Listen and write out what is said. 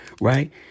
right